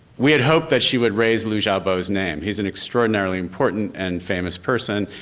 we had hoped that she would raise liu xiaobo's name. he's an extraordinarily important and famous person.